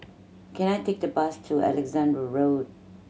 can I take the bus to Alexandra Road